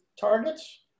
targets